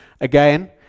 Again